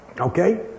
Okay